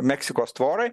meksikos tvorai